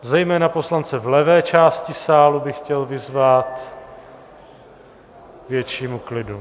Zejména poslance v levé části sálu bych chtěl vyzvat k většímu klidu!